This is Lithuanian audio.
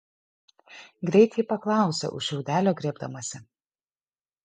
greit ji paklausė už šiaudelio griebdamasi